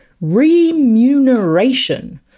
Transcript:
Remuneration